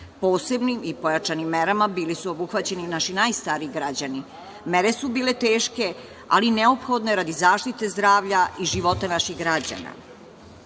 Posebnim i pojačanim merama bili su obuhvaćeni naši najstariji građani. Mere su bile teške, ali neophodne radi zaštite zdravlja i života naših građana. Želim